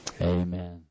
Amen